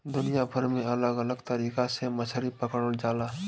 दुनिया भर में अलग अलग तरीका से मछरी पकड़ल जाला